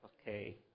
Okay